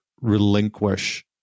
relinquish